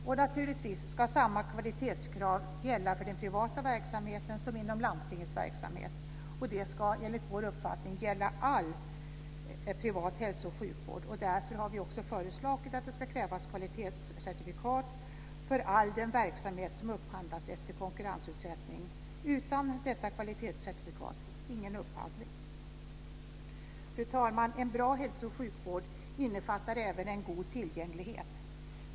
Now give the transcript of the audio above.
Samma kvalitetskrav ska naturligtvis gälla för den privata verksamheten som för landstingets verksamhet. Detta ska enligt vår uppfattning gälla inom all privat hälso och sjukvård. Därför har vi ju också föreslagit att det ska krävas kvalitetscertifikat för all den verksamhet som upphandlas efter konkurrensutsättning; utan detta kvalitetscertifikat - ingen upphandling. En bra hälso och sjukvård innefattar även en god tillgänglighet.